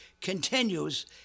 continues